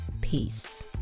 Peace